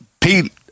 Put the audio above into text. Pete